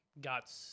got